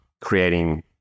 creating